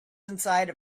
inside